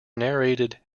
narrated